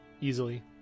Easily